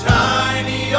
tiny